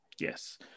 Yes